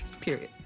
Period